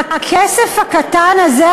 הכסף הקטן הזה?